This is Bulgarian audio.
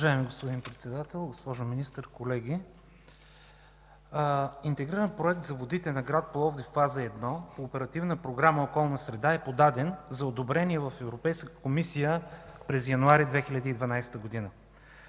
Уважаеми господин Председател, госпожо Министър, колеги! Интегрираният проект за водите на град Пловдив – фаза 1, по Оперативна програма „Околна среда” е подаден за одобрение в Европейската комисия през януари 2012 г.